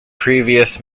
previous